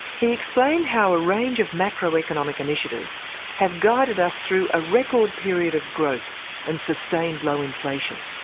he explained how a range of macro economic initiatives have guided us through a record period of growth and sustained low inflation.